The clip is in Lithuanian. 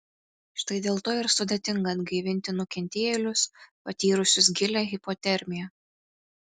štai dėl to ir sudėtinga atgaivinti nukentėjėlius patyrusius gilią hipotermiją